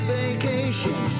vacation